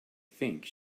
think